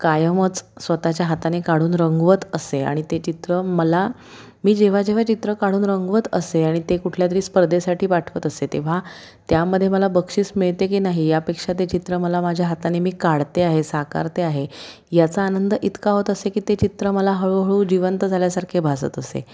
कायमच स्वत च्या हाताने काढून रंगवत असे आणि ते चित्र मला मी जेव्हा जेव्हा चित्र काढून रंगवत असे आणि ते कुठल्या तरी स्पर्धेसाठी पाठवत असे तेव्हा त्यामध्ये मला बक्षीस मिळते की नाही यापेक्षा ते चित्र मला माझ्या हाताने मी काढते आहे साकारते आहे याचा आनंद इतका होत असे की ते चित्र मला हळूहळू जिवंत झाल्यासारखे भासत असे